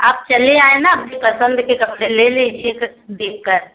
आप चले आएँ न अपनी पसन्द के कपड़े ले लीजिएगा देखकर